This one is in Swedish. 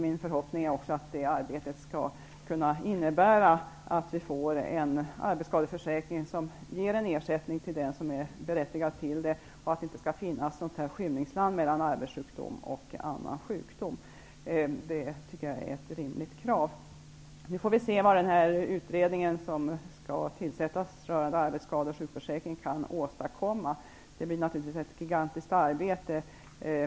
Min förhoppning är att det arbetet skall kunna innebära att vi får en arbetsskadeförsäkring som ger en ersättning till den som är berättigad till det och att det inte skall finnas ett skymningsland mellan arbetssjukdom och annan sjukdom. Det är ett rimligt krav. Vi får se vad den utredning som skall tillsättas rörande arbetsskade och sjukförsäkringen kan åstadkomma. Det blir naturligtvis ett gigantiskt arbete.